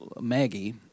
Maggie